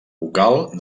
vocal